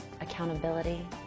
accountability